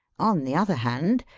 on the other hand,